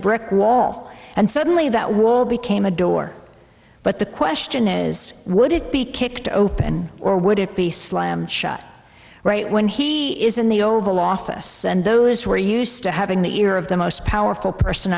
brick wall and suddenly that wall became a door but the question is would it be kicked open or would it be slammed shut right when he is in the oval office and those who are used to having the ear of the most powerful person